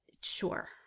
Sure